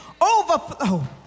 Overflow